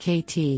KT